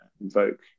invoke